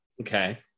Okay